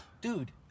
dude